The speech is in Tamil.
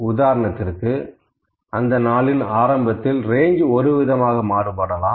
உதாரணத்திற்கு அந்த நாளின் ஆரம்பத்தில் ரேஞ்ச் ஒருவிதமாக மாறுபடலாம்